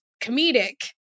comedic